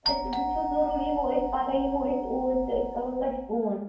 أسۍ وٕچھو ضروٗر یِمو أسۍ پگاہ یِمو أسۍ اوٗرۍ تہٕ أسۍ کرو تۄہہِ فون